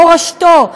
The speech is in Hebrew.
מורשתו.